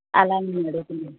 అలా అని నేను అడుగుతున్నారు